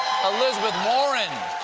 elizabeth warren.